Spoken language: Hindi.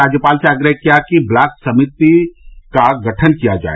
राज्यपाल से आग्रह किया कि ब्लॉक विकास समिति का गठन किया जाए